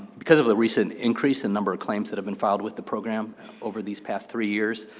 because of the recent increase in number of claims that have been filed with the program over these past three years,